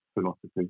philosophy